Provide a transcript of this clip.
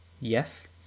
yes